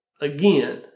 again